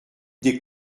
des